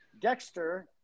Dexter